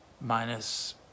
Minus